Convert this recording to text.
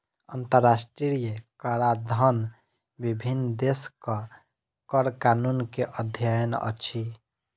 अंतरराष्ट्रीय कराधन विभिन्न देशक कर कानून के अध्ययन अछि